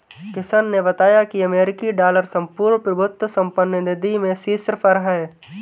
किशन ने बताया की अमेरिकी डॉलर संपूर्ण प्रभुत्व संपन्न निधि में शीर्ष पर है